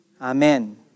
amen